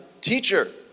Teacher